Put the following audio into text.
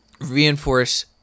reinforce